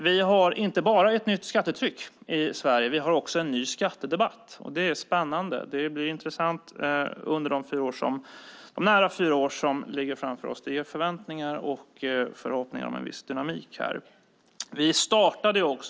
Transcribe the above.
Vi har inte bara ett nytt skattetryck i Sverige utan också en ny skattedebatt. Det är spännande, och det blir intressant under de nära fyra år som ligger framför oss. Det finns förväntningar och förhoppningar om en viss dynamik.